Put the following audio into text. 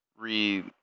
re